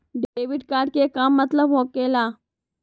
Debit card के का मतलब होकेला?